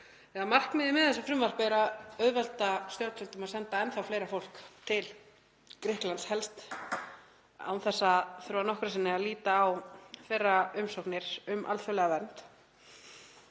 að markmiðið með þessu frumvarpi er að auðvelda stjórnvöldum að senda enn þá fleira fólk til Grikklands, helst án þess að þurfa nokkru sinni að líta á umsóknir þeirra um alþjóðlega vernd.